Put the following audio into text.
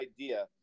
idea